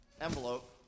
envelope